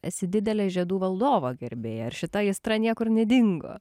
esi didelė žiedų valdovo gerbėja ar šita aistra niekur nedingo